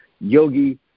Yogi